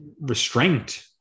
restraint